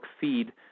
feed